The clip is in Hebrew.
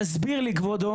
תסביר לי כבודו,